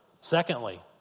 secondly